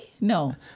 No